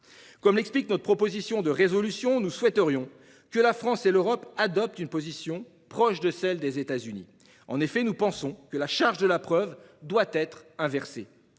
des motifs de cette proposition de résolution, nous souhaiterions que la France et l'Europe adoptent une position proche de celle des États-Unis. Nous pensons en effet que la charge de la preuve doit être inversée